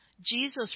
Jesus